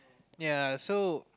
ya so